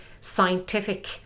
scientific